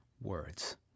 Words